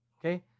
Okay